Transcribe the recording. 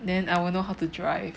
then I will know how to drive